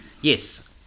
Yes